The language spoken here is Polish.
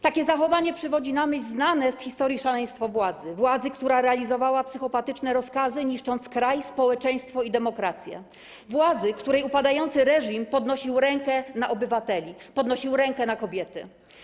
Takie zachowanie przywodzi na myśl znane z historii szaleństwo władzy: władzy, która realizowała psychopatyczne rozkazy, niszcząc kraj, społeczeństwo i demokrację, władzy, której upadający reżim podnosił rękę na obywateli, podnosił rękę na kobiety.